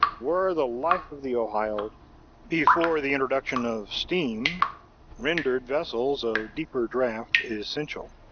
were the life of the ohio before the introduction of steam rendered vessels of deeper draught essential